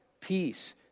peace